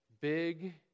big